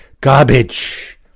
Garbage